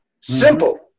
Simple